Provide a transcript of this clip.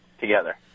together